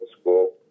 school